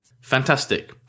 Fantastic